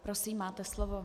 Prosím, máte slovo.